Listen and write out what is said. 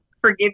forgive